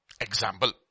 Example